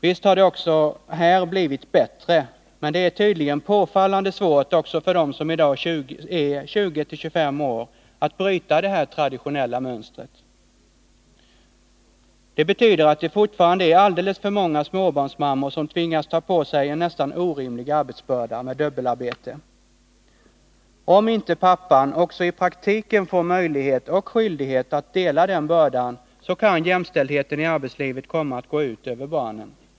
Visst har det också här blivit bättre, men det är tydligen påfallande svårt, också för dem som i dag är 20-25 år, att bryta det traditionella mönstret. Det betyder att det fortfarande är alldeles för många småbarnsmammor som tvingas ta på sig en nästan orimlig arbetsbörda med dubbelarbete. Om inte pappan, också i praktiken, får möjlighet och skyldighet att dela den bördan, kan jämställdheten i arbetslivet komma att gå ut över barnen.